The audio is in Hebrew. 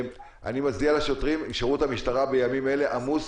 שירות המשטרה עמוס